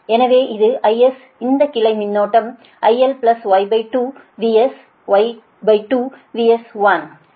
எனவே இது IS இந்த கிளை மின்னோட்டம் IL Y2 VS Y2 VS 1